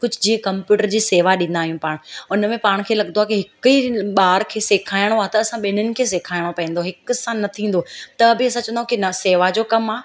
कुझु जीअं कंप्यूटर जी शेवा ॾींदा आहियूं पाण उन में पाण खे लॻंदो आहे की हिक ई ॿार खे सेखारिणो आहे त असां ॿिन्हिनि खे सेखारिणो पवंदो हिक सां न थींदो त बि असां चवंदा आहियूं की न शेवा जो कमु आहे